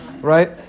right